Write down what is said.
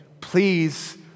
please